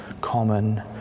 common